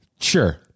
Sure